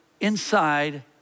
inside